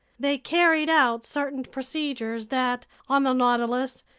they carried out certain procedures that, on the nautilus,